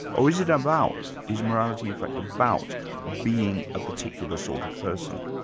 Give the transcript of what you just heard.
or is it about, is morality in fact about being a particular sort of person?